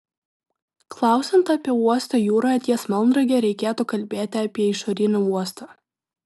klausiant apie uostą jūroje ties melnrage reikėtų kalbėti apie išorinį uostą